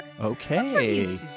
Okay